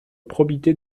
probité